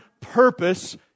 purpose